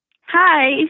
hi